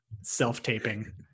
self-taping